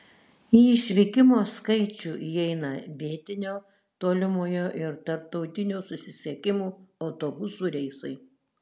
į išvykimo skaičių įeina vietinio tolimojo ir tarptautinio susisiekimų autobusų reisai